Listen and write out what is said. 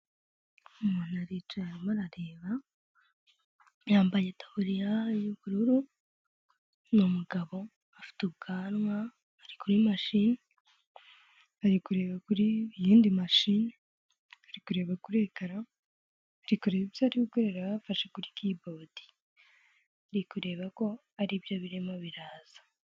Umuntu aricaye arimo arareba, yambaye itaburiya y'ubururu, ni umugabo afite ubwanwa, ari kuri machine, ari kureba ku yindi mashine, ari kureba kuri ecran, ari kureba ibyo ari gukoreraho, abafashe kuri keyboard. Ari kureba ko aribyo birimo biraza.